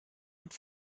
und